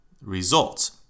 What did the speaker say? results